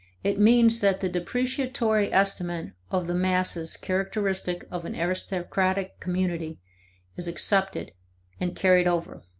it means that the depreciatory estimate of the masses characteristic of an aristocratic community is accepted and carried over.